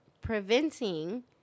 preventing